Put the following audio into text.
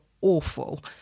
awful